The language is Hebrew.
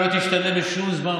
לא תשתנה בשום זמן,